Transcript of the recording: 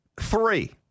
Three